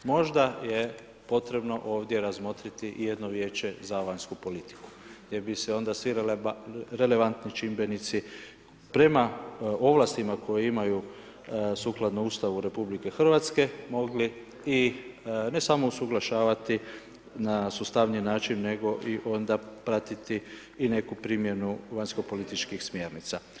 Možda je potrebno ovdje razmotriti i jedno vijeće za vanjsku politiku, jer bi se onda svi relevantni čimbenici prema ovlastima koje imaju sukladno Ustavu RH, mogli i ne samo usuglašavati, na sustavniji način, nego i onda pratiti i neku primjenu vanjsko političkih smjernica.